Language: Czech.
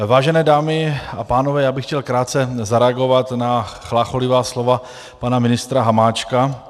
Vážené dámy a pánové, já bych chtěl krátce zareagovat na chlácholivá slova pana ministra Hamáčka.